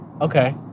Okay